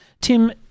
Tim